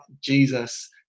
Jesus